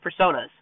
personas